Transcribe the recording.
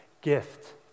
gift